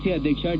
C ಅಧ್ಯಕ್ಷ D